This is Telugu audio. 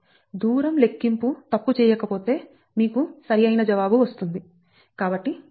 దూరం లెక్కింపు తప్పు చేయకపోతే మీకు సరి అయిన జవాబు వస్తుంది